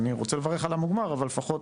אני רוצה לברך על המוגמר, אבל לפחות